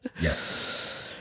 Yes